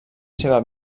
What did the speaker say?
seva